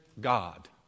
God